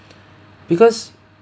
because